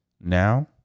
now